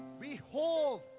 behold